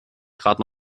gerade